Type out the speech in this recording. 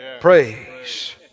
Praise